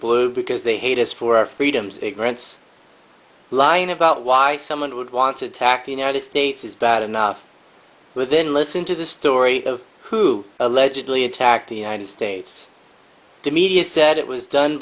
blue because they hate us for our freedoms ignorance lying about why someone would want to attack the united states is bad enough but then listen to the story of who allegedly attacked the united states to media said it was done